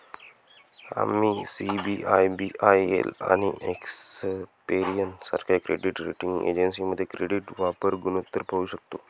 आम्ही सी.आय.बी.आय.एल आणि एक्सपेरियन सारख्या क्रेडिट रेटिंग एजन्सीमध्ये क्रेडिट वापर गुणोत्तर पाहू शकतो